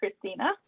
Christina